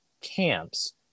camps